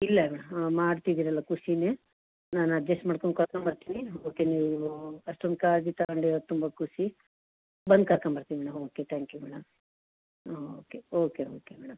ಇಲ್ಲ ಮೇಡಮ್ ಹಾಂ ಮಾಡ್ತಿದ್ದೀರಲ ಖುಷಿನೇ ನಾನು ಅಡ್ಜಸ್ಟ್ ಮಾಡ್ಕಂಡು ಕರ್ಕೊಂಡ್ಬರ್ತೀನಿ ಓಕೆ ನೀವು ಅಷ್ಟೊಂದು ಕಾಳಜಿ ತಗಂಡಿರದು ತುಂಬ ಖುಷಿ ಬಂದು ಕರ್ಕಂಬರ್ತೀನಿ madam okay thank you madam ಹ್ಞೂ ಓಕೆ ಓಕೆ ಓಕೆ ಮೇಡಮ್